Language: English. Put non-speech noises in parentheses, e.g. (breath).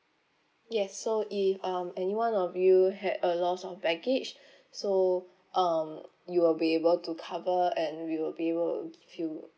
yes so if um anyone of you had a loss of baggage (breath) so um you will be able to cover and we will be able to give you